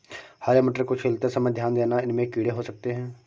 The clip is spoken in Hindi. हरे मटरों को छीलते समय ध्यान देना, इनमें कीड़े हो सकते हैं